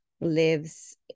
lives